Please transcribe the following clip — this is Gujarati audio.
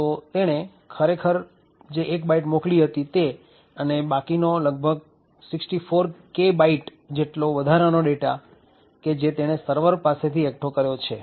તો તેણે ખરેખર મોકલેલ ૧ બાઈટ અને બાકીનો લગબગ 64K બાઈટ જેટલો વધારાનો ડેટા કે જે તેણે સર્વર પાસેથી એકઠો કર્યો છે